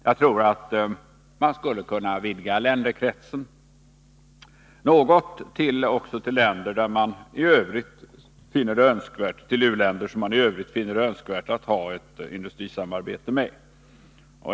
Jag tror att man skulle kunna vidga länderkretsen något, också till u-länder som man i övrigt finner det önskvärt att ha ett industrisamarbete med.